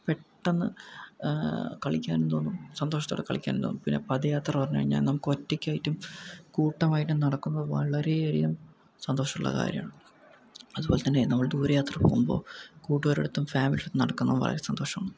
പെട്ടെന്ന് കളിക്കാനും തോന്നും സന്തോഷത്തോടെ കളിക്കാനും തോന്നും പിന്നെ പഥയാത്ര പറഞ്ഞു കഴിഞ്ഞാൽ നമുക്ക് ഒറ്റയ്ക്കായിട്ടും കൂട്ടമായിട്ടും നടക്കുന്നത് വളരെയധികം സന്തോഷമുള്ള കാര്യമാണ് അതുപോലെ തന്നെ നമ്മൾ ദൂരയാത്ര പോകുമ്പോൾ കൂട്ടുകാരോടൊത്തും ഫാമിലിയോടൊത്തും നടക്കുന്നത് വളരെ സന്തോഷമാണ്